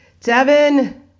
Devin